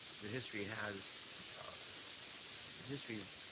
the history has history's